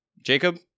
Jacob